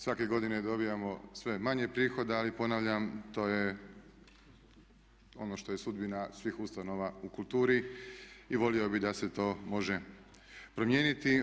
Svake godine dobijamo sve manje prihoda, ali ponavljam to je ono što je sudbina svih ustanova u kulturi i volio bi da se to može promijeniti.